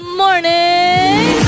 morning